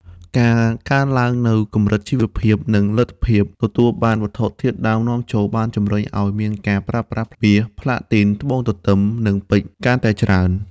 ការកើនឡើងនូវកម្រិតជីវភាព និងលទ្ធភាពទទួលបានវត្ថុធាតុដើមនាំចូល បានជំរុញឲ្យមានការប្រើប្រាស់មាស ផ្លាទីន ត្បូងទទឹម និងពេជ្រកាន់តែច្រើន។